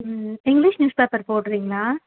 ம் English newspaper போடுறீங்களா